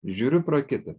žiūriu pro kitą